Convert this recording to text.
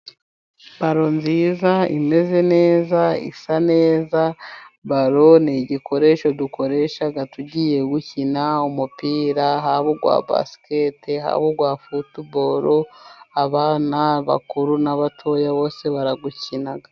Baro nziza imeze neza, isa neza. Balo ni igikoresho dukoresha tugiye gukina umupira. Haba uwa basiketi, haba uwa futubolo. Abana, abakuru, n'abatoya bose barawukina.